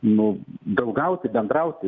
nu draugauti bendrauti